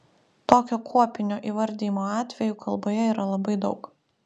tokio kuopinio įvardijimo atvejų kalboje yra labai daug